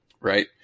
right